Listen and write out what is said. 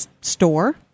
store